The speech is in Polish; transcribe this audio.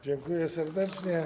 Dziękuję serdecznie.